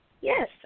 Yes